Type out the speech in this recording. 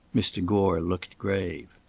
mr. gore looked grave.